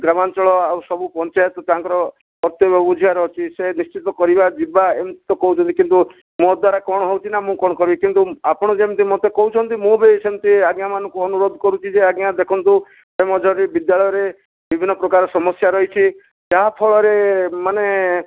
ଗ୍ରାମାଞ୍ଚଳ ଆଉ ସବୁ ପଞ୍ଚାୟତ ତାଙ୍କର ପ୍ରତ୍ୟେକ ବୁଝିବାର ଅଛି ସେ ନିଶ୍ଚିତ କରିବା ଯିବା ଏମିତି ତ କହୁଛନ୍ତି କିନ୍ତୁ ମୋ ଦ୍ୱାରା କଣ ହେଉଛି ନା ମୁଁ କଣ କରିବି କିନ୍ତୁ ଆପଣ ଯେମିତି ମୋତେ କହୁଛନ୍ତି ମୁଁ ବି ସେମିତି ଆଜ୍ଞା ମାନଙ୍କୁ ଅନୁରୋଧ କରୁଛି ଯେ ଆଜ୍ଞା ଦେଖନ୍ତୁ ପ୍ରେମଝରି ବିଦ୍ୟାଳୟରେ ବିଭିନ୍ନ ପ୍ରକାର ସମସ୍ୟା ରହିଛି ଯାହାଫଳରେ ମାନେ